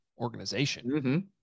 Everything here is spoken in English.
organization